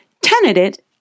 tenanted